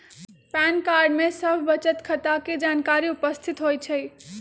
pan card में सभ बचत खता के जानकारी उपस्थित होइ छइ